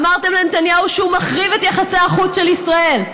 אמרתם על נתניהו שהוא מחריב את יחסי החוץ של ישראל,